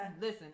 Listen